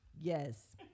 Yes